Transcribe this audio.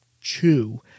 chew